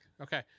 Okay